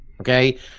okay